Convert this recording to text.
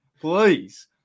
Please